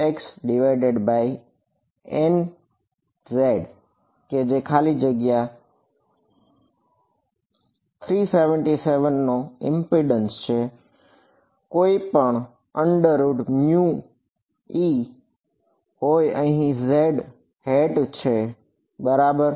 તેથી HUxηz કે જે ખાલી જગ્યા 377 નો ઈમ્પિડેન્સ છે કોઈપણ √με હોય અહીં z હેટ છે બરાબર